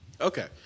Okay